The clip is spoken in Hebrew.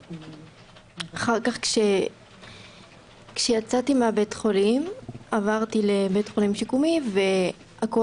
אחר כך כשיצאתי מבית החולים עברתי לבית חולים שיקומי והכל